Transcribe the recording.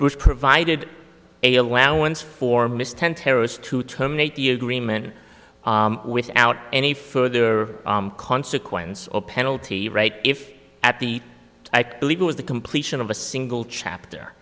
bush provided a allowance for miss ten terrorists to terminate the agreement without any further consequence or penalty rate if at the i believe it was the completion of a single chapter